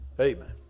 Amen